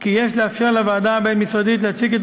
כי יש לאפשר לוועדה הבין-משרדית להציג את